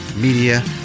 Media